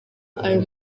ayo